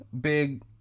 big